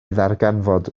ddarganfod